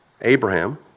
Abraham